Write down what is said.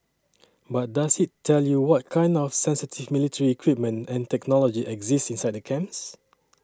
but does it tell you what kind of sensitive military equipment and technology exist inside camps